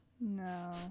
No